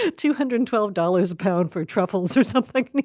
ah two hundred and twelve dollars a pound for truffles or something.